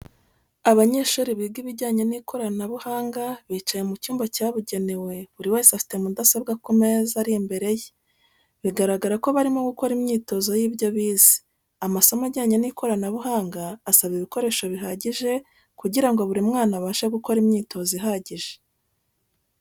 Abanyeshuri biga ibijyanye n'ikoranabuhanga bicaye mu cyumba cyabugenewe buri wese afite mudasobwa ku meza ari imbere ye bigaragara ko barimo gukora imyitozo y'ibyo bize. Amasomo ajyanye n'ikoranabuhanga asaba ibikoreso bihagije kugira ngo buri mwana abashe gukora imyitozo ihagije.